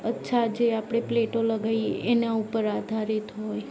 અચ્છા જે આપણે પ્લેટો લગાવીએ એના ઉપર આધારિત હોય